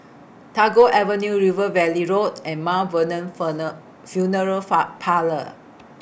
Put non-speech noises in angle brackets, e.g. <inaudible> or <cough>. Tagore Avenue River Valley Road and Mount Vernon <unintelligible> Funeral <unintelligible> Parlours